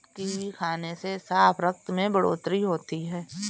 kiwi खाने से साफ रक्त में बढ़ोतरी होती है